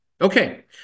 Okay